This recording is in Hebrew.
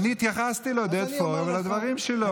אני התייחסתי לעודד פורר ולדברים שלו.